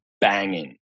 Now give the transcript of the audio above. banging